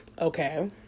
okay